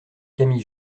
camille